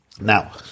Now